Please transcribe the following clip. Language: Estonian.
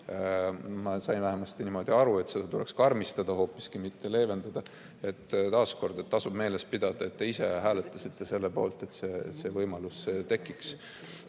Ma sain vähemasti niimoodi aru, et seda normi tuleks karmistada hoopiski, mitte leevendada. Taas kord: võiks meeles pidada, et te ise hääletasite selle poolt, et see võimalus tekiks.